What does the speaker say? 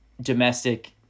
domestic